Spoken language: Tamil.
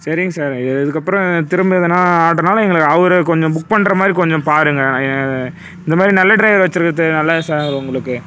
சரிங்க சார் இதுக்கு அப்புறம் திரும்ப எதுன்னா ஆர்டர்னால் எங்களுக்கு அவரை கொஞ்சம் புக் பண்ற மாதிரி கொஞ்சம் பாருங்க இந்தமாதிரி நல்ல டிரைவர் வச்சு இருக்கிறது நல்லது சார் உங்களுக்கு